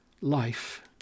life